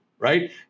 Right